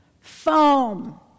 foam